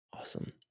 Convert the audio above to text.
Awesome